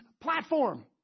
platform